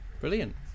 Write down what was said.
brilliant